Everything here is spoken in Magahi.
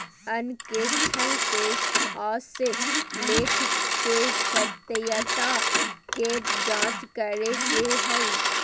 अंकेक्षण से आशय लेख के सत्यता के जांच करे के हइ